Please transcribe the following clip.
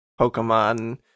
Pokemon